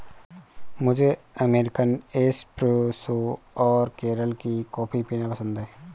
मुझे American espresso और केरल की कॉफी पीना पसंद है